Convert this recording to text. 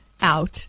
out